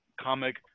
comic